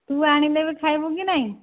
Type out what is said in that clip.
ତୁ ଆଣିଲେ ବି ଖାଇବୁ କି ନାହିଁ